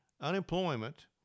unemployment